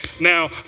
Now